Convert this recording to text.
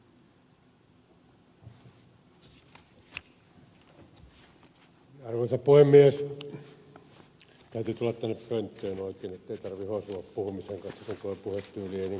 täytyy tulla tänne pönttöön oikein ettei tarvitse hosua tuon puhumisen kanssa kun tuo puhetyyli ei niin kauhean nopea ole